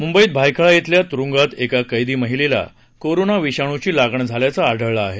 मुंबईत भायखळा खेल्या त्रुंगात एका कैदी महिलेला कोरोना विषाणूची लागण झाल्याचं आढळलं आहे